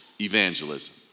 evangelism